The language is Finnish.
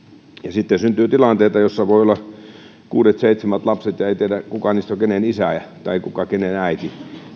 sitten syntyy tilanteita joissa voi olla kuudet seitsemät lapset eikä tiedä kuka on kenen isä tai kuka kenen äiti